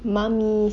mummies